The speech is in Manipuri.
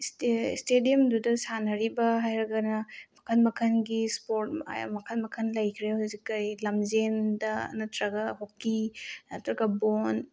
ꯏꯁꯇꯦꯗꯤꯌꯝꯗꯨꯗ ꯁꯥꯟꯅꯔꯤꯕ ꯍꯥꯏꯔꯒꯅ ꯃꯈꯜ ꯃꯈꯜꯒꯤ ꯏꯁꯄꯣꯔꯠ ꯃꯈꯜ ꯃꯈꯜ ꯂꯩꯈ꯭ꯔꯦ ꯍꯧꯖꯤꯛ ꯀꯔꯤ ꯂꯝꯖꯦꯟꯗ ꯅꯠꯇ꯭ꯔꯒ ꯍꯣꯛꯀꯤ ꯅꯠꯇ꯭ꯔꯒ ꯕꯣꯜ